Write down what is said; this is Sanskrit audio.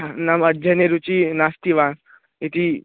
नाम अध्ययने रुचिः नास्ति वा इति